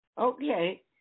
Okay